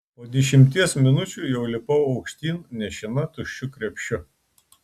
po dešimties minučių jau lipau aukštyn nešina tuščiu krepšiu